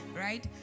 right